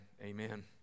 amen